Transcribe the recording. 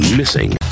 missing